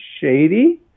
shady